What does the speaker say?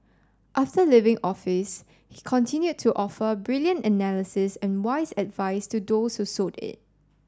after leaving office he continued to offer brilliant analysis and wise advice to those who sought it